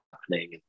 happening